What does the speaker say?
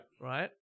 Right